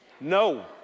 No